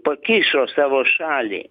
pakišo savo šalį